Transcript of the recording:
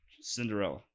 Cinderella